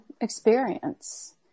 experience